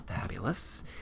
fabulous